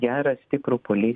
gerą stiprų poli